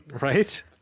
Right